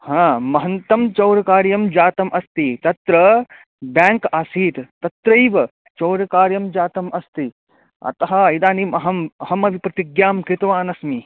हा महन्तं चोरकार्यं जातम् अस्ति तत्र ब्याङ्क् आसीत् तत्रैव चोरकार्यं जातम् अस्ति अतः इदानीम् अहम् अहमपि प्रतिज्ञां कृतवानस्मि